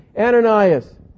Ananias